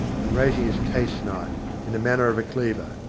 and raising his case-knife in the manner of a cleaver,